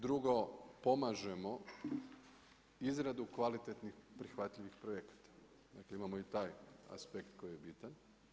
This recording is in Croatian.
Drugo, pomažemo izradu kvalitetnih prihvatljivih projekata, dakle imamo i taj aspekt koji je bitan.